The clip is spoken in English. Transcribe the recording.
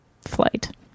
flight